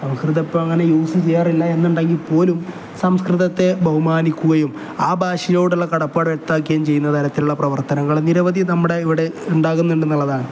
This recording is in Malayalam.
സംസ്കൃത ഇപ്പം അങ്ങനെ യൂസ് ചെയ്യാറില്ല എന്നുണ്ടെങ്കിൽപ്പോലും സംസ്കൃതത്തെ ബഹുമാനിക്കുകയും ആ ഭാഷയോടുള്ള കടപ്പാട് വ്യക്തമാക്കുകയും ചെയ്യുന്ന തരത്തിലുള്ള പ്രവർത്തനങ്ങൾ നിരവധി നമ്മുടെ ഇവിടെ ഉണ്ടാകുന്നുണ്ടെന്നുള്ളതാണ്